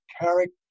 Character